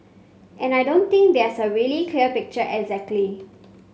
and I don't think there's a really clear picture exactly